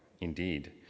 Indeed